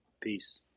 Peace